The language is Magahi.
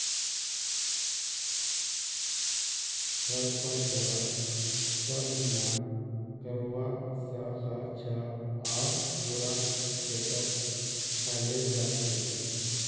खरपतवार प्रजनन करवा स ख छ आर पूरा खेतत फैले जा छेक